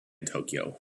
tokyo